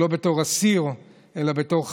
לא בתור אסיר אלא בתור חזן,